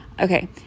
Okay